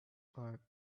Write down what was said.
are